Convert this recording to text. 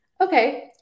okay